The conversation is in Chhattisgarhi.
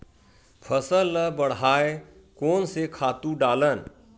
फसल ल बढ़ाय कोन से खातु डालन?